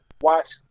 Watch